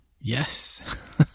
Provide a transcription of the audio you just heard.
Yes